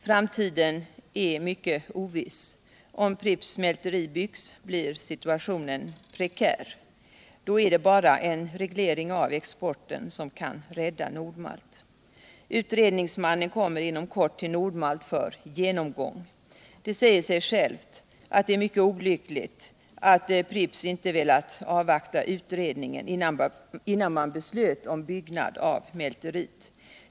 Framtiden är mycket oviss. Om Pripps mälteri byggs blir situationen prekär. Då är det bara en reglering av exporten som kan rädda Nord-Malt. Utredningsmannen kommer inom kort till Nord-Malt för genomgång. Det säger sig självt att det är mycket olyckligt att Pripps inte har velat avvakta utredningen innan man beslöt om byggnad av mälteriet.